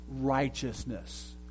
righteousness